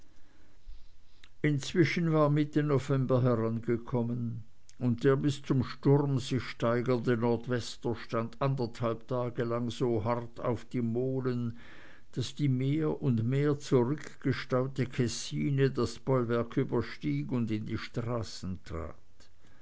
inzwischen war mitte november herangekommen und der bis zum sturm sich steigernde nordwester stand anderthalb tage lang so hart auf die molen daß die mehr und mehr zurückgestaute kessine das bollwerk überstieg und in die straßen